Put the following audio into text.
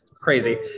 crazy